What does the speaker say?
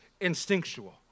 instinctual